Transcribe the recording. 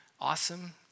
awesome